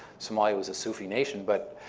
somalia was a sufi nation, but